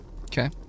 Okay